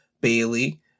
Bailey